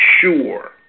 sure